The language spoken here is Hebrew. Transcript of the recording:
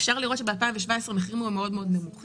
אפשר לראות שב-2017 המחירים היו מאוד נמוכים,